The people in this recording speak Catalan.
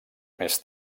més